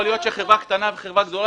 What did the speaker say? יכול להיות שאלה חברה קטנה וחברה גדולה,